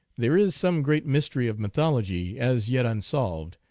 there is some great mystery of mythology, as yet unsolved,